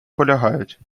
полягають